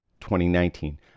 2019